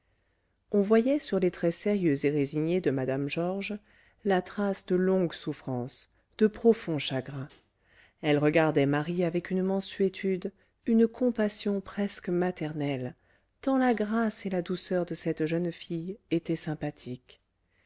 on voyait sur les traits sérieux et résignés de mme georges la trace de longues souffrances de profonds chagrins elle regardait marie avec une mansuétude une compassion presque maternelle tant la grâce et la douceur de cette jeune fille étaient sympathiques